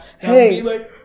hey